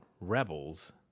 Rebels